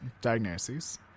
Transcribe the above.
diagnoses